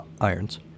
Irons